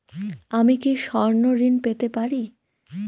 আমি কি স্বর্ণ ঋণ পেতে পারি?